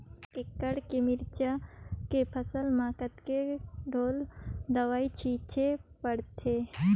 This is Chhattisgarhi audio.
एक एकड़ के मिरचा के फसल म कतेक ढोल दवई छीचे पड़थे?